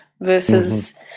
versus